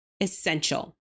essential